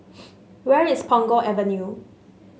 where is Punggol Avenue